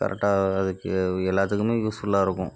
கரெட்டாக அதுக்கு எல்லாத்துக்குமே யூஸ்ஃபுல்லாக இருக்கும்